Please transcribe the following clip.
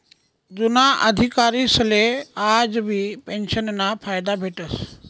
जुना अधिकारीसले आजबी पेंशनना फायदा भेटस